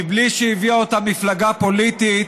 מבלי שהביאה אותם מפלגה פוליטית,